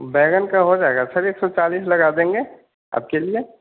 बैंगन का हो जाएगा सर एक सौ चालीस हो लगा देंगे आपके लिए